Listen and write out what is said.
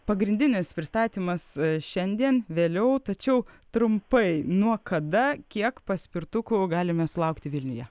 pagrindinis pristatymas šiandien vėliau tačiau trumpai nuo kada kiek paspirtukų galime sulaukti vilniuje